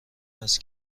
است